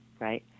right